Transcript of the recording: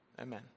Amen